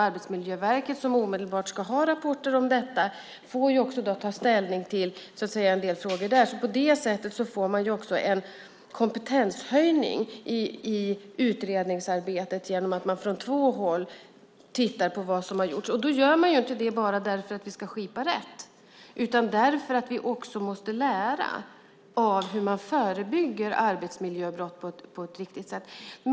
Arbetsmiljöverket, som omedelbart ska ha rapporter om detta, får ta ställning till en del frågor i sammanhanget. Det blir alltså en kompetenshöjning i utredningsarbetet genom att man från två håll tittar på vad som har gjorts. Det gör man inte bara för att rätt ska skipas utan också därför att vi måste lära av hur arbetsmiljöbrott på ett riktigt sätt förebyggs.